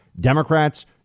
Democrats